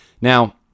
Now